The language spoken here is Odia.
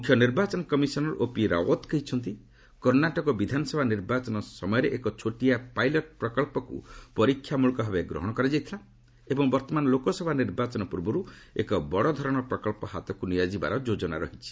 ମୁଖ୍ୟ ନିର୍ବାଚନ କମିଶନର୍ ଓପି ରାଓ୍ୱତ କହିଛନ୍ତି କର୍ଣ୍ଣାଟକ ବିଧାନସଭା ନିର୍ବାଚନ ସମୟରେ ଏକ ଛୋଟିଆ ପାଇଲଟ ପ୍ରକଳ୍ପକୁ ପରୀକ୍ଷାମୂଳକ ଭାବେ ଗ୍ରହଣ କରାଯାଇଥିଲା ଏବଂ ବର୍ତ୍ତମାନ ଲୋକସଭା ନିର୍ବାଚନ ପୂର୍ବରୁ ଏକ ବଡ଼ ଧରଣର ପ୍ରକଳ୍ପ ହାତକୁ ନିଆଯିବାର ଯୋଜନା ରହିଛି